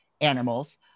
animals